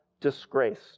disgrace